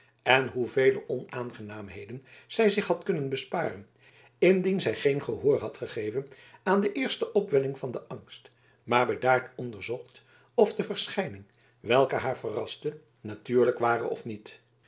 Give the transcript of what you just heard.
en hoevele onaangenaamheden zij zich had kunnen besparen indien zij geen gehoor had gegeven aan de eerste opwelling van den angst maar bedaard onderzocht of de verschijning welke haar verraste natuurlijk ware of niet